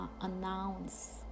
Announce